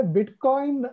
Bitcoin